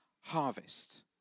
harvest